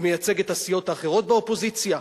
מייצג את הסיעות האחרות באופוזיציה?